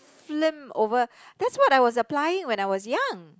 film over that's what I was applying when I was young